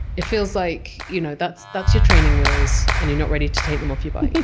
it feels like, you know that's that's your training wheels and you're not ready to take them off your bike.